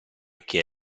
che